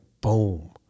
boom